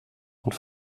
und